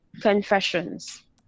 Confessions